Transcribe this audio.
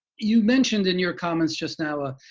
you've mentioned in your comments just now a